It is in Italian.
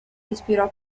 ispirò